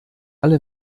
alle